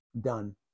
done